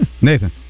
nathan